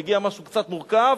מגיע משהו קצת מורכב,